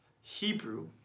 Hebrew